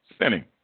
Sinning